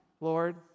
Lord